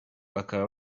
bakaba